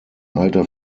alter